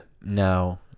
no